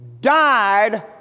died